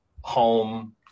home